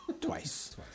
Twice